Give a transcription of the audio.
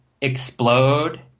explode